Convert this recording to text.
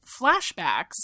flashbacks